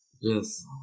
Yes